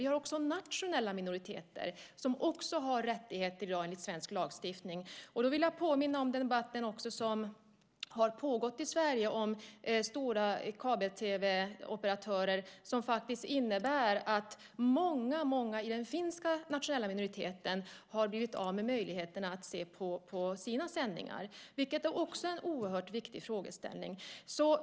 Vi har också nationella minoriteter som också har rättigheter i dag enligt svensk lagstiftning. Då vill jag påminna om den debatt som har pågått i Sverige om stora kabel-tv-operatörer. Det är många finska nationella minoriteter som har blivit av med möjligheten att se på sina sändningar. Det är också en oerhört viktig fråga.